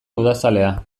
udazalea